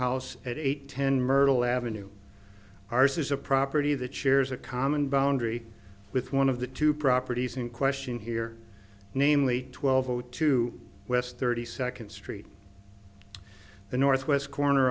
house at eight ten myrtle ave ours is a property that shares a common boundary with one of the two properties in question here namely twelve o two west thirty second street the northwest corner